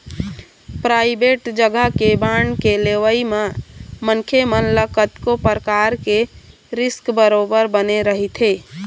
private जघा के bond के लेवई म मनखे मन ल कतको परकार के रिस्क बरोबर बने रहिथे